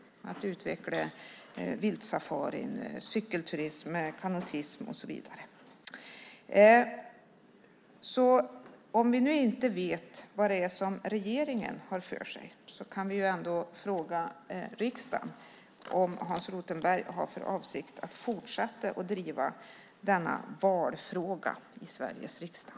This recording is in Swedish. Det handlar om att utveckla viltsafarin, cykelturism, kanotism och så vidare. Om vi inte vet vad regeringen har för sig kan vi ändå fråga här i riksdagen om Hans Rothenberg har för avsikt att driva denna valfråga i Sveriges riksdag.